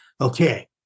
okay